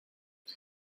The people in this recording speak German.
der